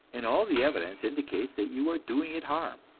and all the evidence indicates that you are doing it harm.